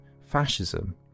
fascism